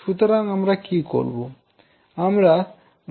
সুতরাং আমরা কি করবো